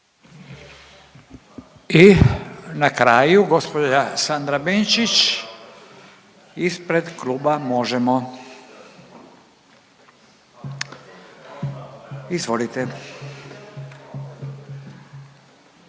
I na kraju gospođa Sandra Benčić ispred kluba Možemo. Izvolite.